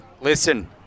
Listen